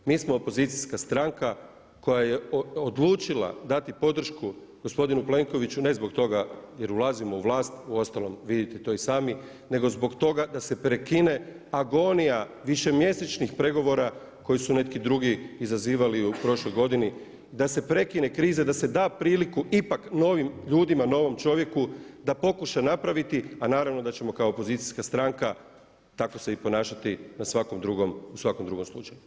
Mi smo opozicijska stranka koja je odlučila dati podršku gospodinu Plenkoviću ne zbog toga jer ulazimo u vlast, uostalom vidite to i sami nego zbog toga da se prekine agonija višemjesečnih pregovora koji su neki drugi izazivali u prošloj godini, da se prekine kriza, da se da priliku ipak novim ljudima, novom čovjeku da pokuša napraviti, a naravno da ćemo kao opozicijska stranka tako se i ponašati u svakom drugom slučaju.